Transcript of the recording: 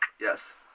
yes